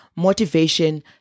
Motivation